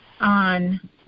on